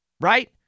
right